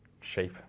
shape